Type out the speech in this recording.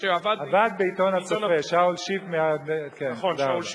עבד בעיתון "הצופה", כן, שאול שיף.